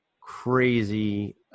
crazy –